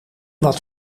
wat